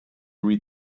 read